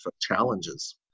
challenges